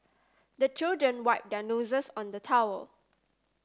the children wipe their noses on the towel